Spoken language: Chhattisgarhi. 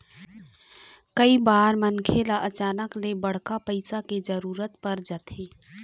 कइ बार मनखे ल अचानक ले बड़का पइसा के जरूरत पर जाथे